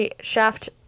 shaft